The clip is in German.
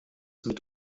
mit